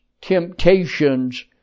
temptations